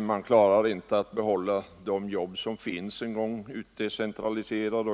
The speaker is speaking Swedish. Man klarar inte ens av att behålla de jobb som finns utdecentraliserade.